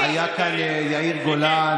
נכון שזה לא פסח עדיין,